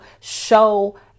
show